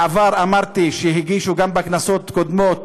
בעבר, אמרתי שהגישו את ההצעה בכנסות הקודמות